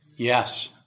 Yes